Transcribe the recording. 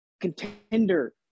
contender